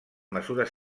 mesures